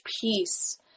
peace